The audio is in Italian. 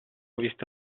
visto